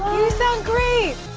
sound great.